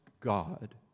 God